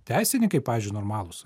teisininkai pavyzdžiui normalūs